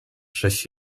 żeś